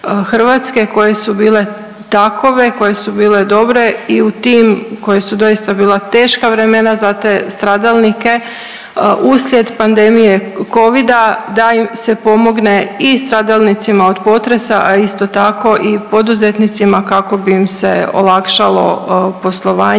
Vlade RH koje su bile takove, koje su bile dobre i u tim koje su doista bila teška vremena za te stradalnike uslijed pandemije Covida da im se pomogne i stradalnicima od potresa, a isto tako i poduzetnicima kako bi im se olakšalo poslovanje